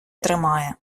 тримає